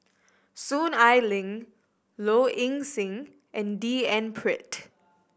Soon Ai Ling Low Ing Sing and D N Pritt